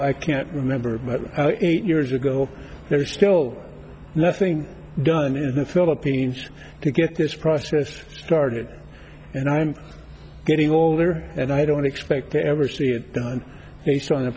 i can't remember but eight years ago there is still nothing done in the philippines to get this process started and i'm getting older and i don't expect to ever see it done based on